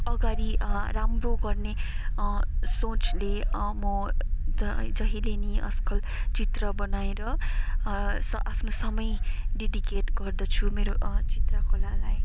अगाडि राम्रो गर्ने सोचले म ज जहिले नि आजकल चित्र बनाएर आफ्नो समय डेडिकेट गर्दछु मेरो चित्रकलालाई